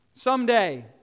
someday